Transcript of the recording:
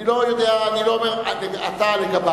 אני לא יודע, אני לא אומר אתה לגבי.